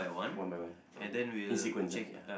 one by one oh ya in sequence ah ya